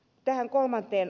tähän kolmanteen